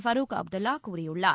பருக் அப்துல்லா கூறியுள்ளார்